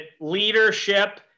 leadership